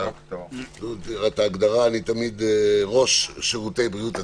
ראש שירותי בריאות הציבור,